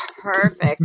perfect